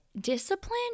discipline